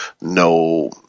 no